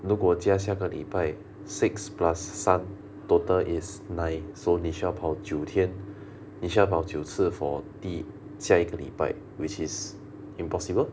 如果加下个礼拜 six plus 三 total is nine so 你需要跑九天你需要跑九次 for 第下一个礼拜 which is impossible